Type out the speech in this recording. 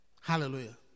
Hallelujah